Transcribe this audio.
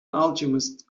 alchemist